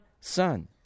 son